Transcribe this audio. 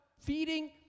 feeding